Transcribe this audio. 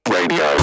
Radio